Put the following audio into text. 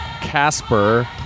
casper